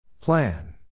Plan